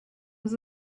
was